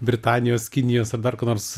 britanijos kinijos ar dar ko nors